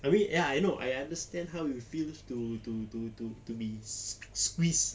I mean ya I know I understand how you feel to to to to be squeezed